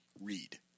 read